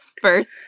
first